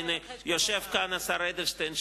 יושב כאן השר אדלשטיין,